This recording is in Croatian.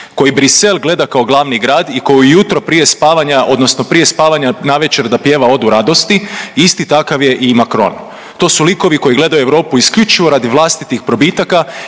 koji Bruxelles gleda kao glavni grad i koji ujutro prije spavanja odnosno prije spavanja navečer da pjeva Odu radosti, isti takav je i Macron. To su likovi koji gledaju Europu isključivo radi vlastitih probitaka